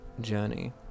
journey